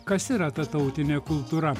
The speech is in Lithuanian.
kas yra tas tautinė kultūra